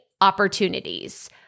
opportunities